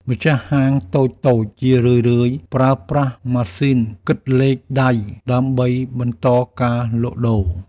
ម្ចាស់ហាងតូចៗជារឿយៗប្រើប្រាស់ម៉ាស៊ីនគិតលេខដៃ ដើម្បីបន្តការលក់ដូរ។